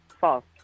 False